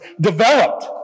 developed